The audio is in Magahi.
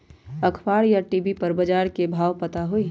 अखबार या टी.वी पर बजार के भाव पता होई?